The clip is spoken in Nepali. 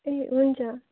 ए हुन्छ